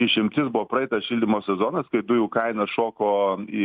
išimtis buvo praeitas šildymo sezonas kai dujų kainos šoko į